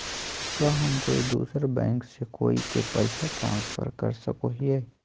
का हम कोई दूसर बैंक से कोई के पैसे ट्रांसफर कर सको हियै?